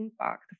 impact